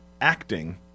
acting